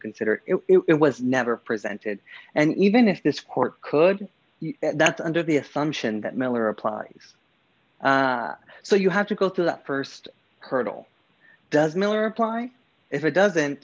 consider it was never presented and even if this court could that's under the assumption that miller applied so you have to go through the st hurdle does miller apply if it doesn't